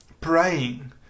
praying